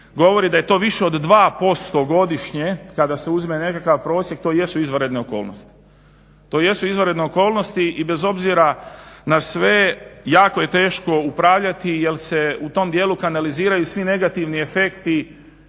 govori da je to više od 2% godišnje kada se uzme nekakav prosjek, to jesu izvanredne okolnosti i bez obzira na sve jako je teško upravljati jel se u tom dijelu kanaliziraju svi negativni efekti